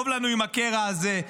טוב לנו עם הקרע הזה,